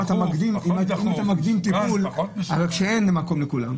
האם אתה מקדים טיפול כשאין מקום לכולם.